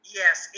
yes